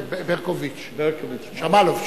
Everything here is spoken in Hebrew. ברקוביץ, שמאלוב.